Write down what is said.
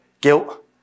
guilt